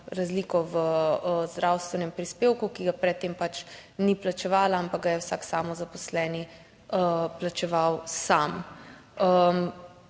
razliko v zdravstvenem prispevku, ki ga pred tem pač ni plačevala, ampak ga je vsak samozaposleni plačeval sam.